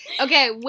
Okay